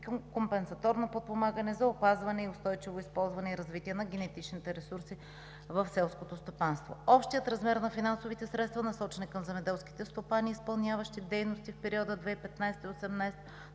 компенсаторно подпомагане за опазване и устойчиво използване и развитие на генетичните ресурси в селското стопанство. Общият размер на финансовите средства, насочени към земеделските стопани, изпълняващи дейности в периода 2015 – 2018